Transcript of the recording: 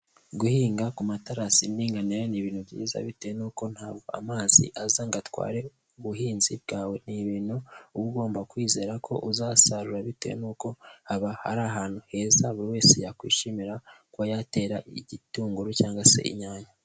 Guhinga ku materasi y'indinganire ni ibintu byiza bitewe nuko ntabwo amazi aza ngo atware ubuhinzi bwawe, ni ibintu uba ugomba kwizera ko uzasarura bitewe nuko aba ari ahantu heza buri wese yakwishimira kuba yatera igitunguru cyangwa se inyanya.